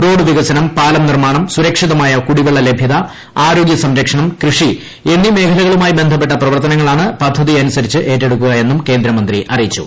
road വികസനം പാലം നിർമ്മാണം സുരക്ഷിതമായ കുടിവെള്ള ലഭ്യത ആരോഗ്യ സംരക്ഷണം കൃഷി എന്നീ മേഖലകളുമായി ബന്ധപ്പെട്ട പ്രവർത്തനങ്ങളാണ് പദ്ധതിയനുസരിച്ച് ഏറ്റെടുക്കുക എന്നും കേന്ദ്രമന്ത്രി അറിയിച്ചു